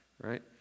right